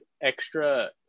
extra